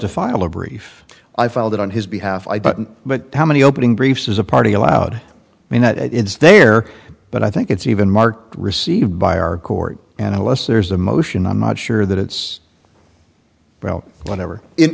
to file a brief i filed it on his behalf but how many opening briefs is a party allowed me not it is there but i think it's even marked received by our court and unless there's a motion i'm not sure that it's well whatever in